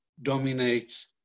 dominates